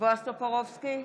בועז טופורובסקי,